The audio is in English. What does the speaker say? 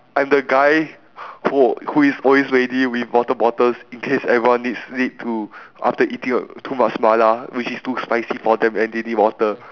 I'm the guy who who is always ready with water bottles in case everyone needs need to after eating uh too much mala which is too spicy for them and they need water